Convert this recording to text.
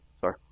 Sorry